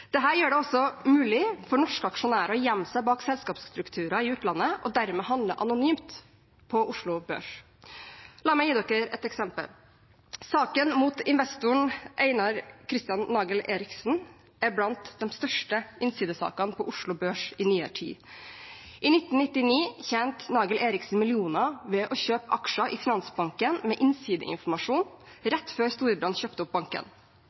gjør det også mulig for norske aksjonærer å gjemme seg bak selskapsstrukturer i utlandet og dermed handle anonymt på Oslo Børs. La meg gi dere et eksempel: Saken mot investoren Einar Chr. Nagell-Erichsen er blant de større innsidesakene på Oslo Børs i nyere tid. I 1999 tjente Nagell-Erichsen millioner ved å kjøpe aksjer i Finansbanken med innsideinformasjon rett før Storebrand kjøpte opp banken.